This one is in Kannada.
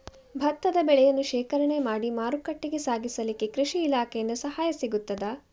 ಭತ್ತದ ಬೆಳೆಯನ್ನು ಶೇಖರಣೆ ಮಾಡಿ ಮಾರುಕಟ್ಟೆಗೆ ಸಾಗಿಸಲಿಕ್ಕೆ ಕೃಷಿ ಇಲಾಖೆಯಿಂದ ಸಹಾಯ ಸಿಗುತ್ತದಾ?